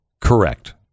Correct